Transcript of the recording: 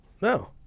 No